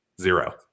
Zero